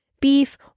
beef